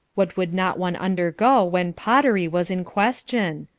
what would not one undergo when pottery was in question?